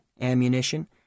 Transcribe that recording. ammunition